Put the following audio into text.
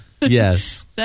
Yes